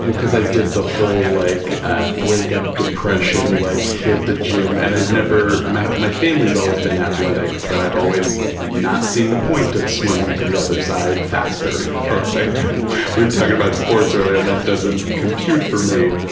because i did the whole like ah break-up, depression, like hit the gym, and i'd never, my my family has always been athletic, but i've always not seen the point of swimming to the other side faster or like, we were talking about sports earlier and that doesn't compute for me.